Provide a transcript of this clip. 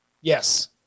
Yes